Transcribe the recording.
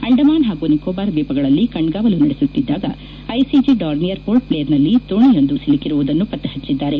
ಅಂಡಮಾನ್ ಹಾಗೂ ನಿಕೊಬಾರ್ ದ್ವೀಪಗಳಲ್ಲಿ ಕಣ್ಗಾವಲು ನಡೆಸುತ್ತಿದ್ದಾಗ ಐಸಿಜಿ ಡಾರ್ನಿಯರ್ ಪೋರ್ಟ್ಭ್ಲೇರ್ನಲ್ಲಿ ದೋಣಿಯೊಂದು ಸಿಲುಕಿರುವುದನ್ನು ಪತ್ತೆ ಹಚ್ಚಿದ್ದಾರೆ